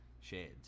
shades